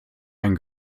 ein